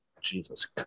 Jesus